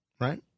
right